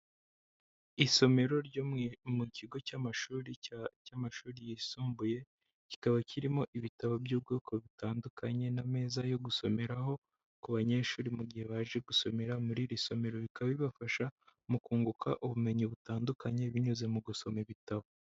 Isomero ryo mu kigo cy'amashuri yisumbuye, kikaba kirimo ibitabo by'ubwoko butandukanye, n'ameza yo gusomeraho ku banyeshuri, mu gihe baje gusomera muri iri somero, bikaba bibafasha mu kunguka ubumenyi butandukanye binyuze mu gusoma ibitabo.